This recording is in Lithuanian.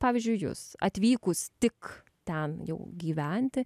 pavyzdžiui jus atvykus tik ten jau gyventi